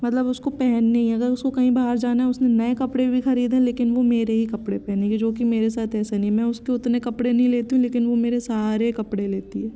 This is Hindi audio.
मतलब उसको पहनने ही हैं अगर उसको कहीं बाहर जाना है उसने नए कपड़े भी खरीदे है लेकिन वो मेरे ही कपड़े पहनेगी जोकि मेरे साथ ऐसा नहीं है मैं उसके उतने कपड़े नहीं लेती हूँ लेकिन वो मेरे सारे कपड़े लेती है